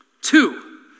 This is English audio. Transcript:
Two